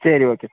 சரி ஓகே